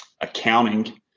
accounting